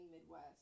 Midwest